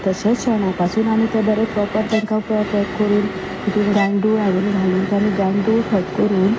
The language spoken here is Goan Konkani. तशेंच शेणा पसून आमी ते बरे प्रोपर तांकां पॅक करून तितूंत गांयदोळ हाडून घालून तें आमी गांयदोळ खत करून